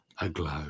aglow